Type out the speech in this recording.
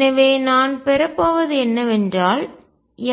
எனவே நான் பெறப்போவது என்னவென்றால்